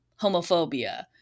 homophobia